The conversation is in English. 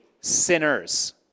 sinners